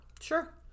Sure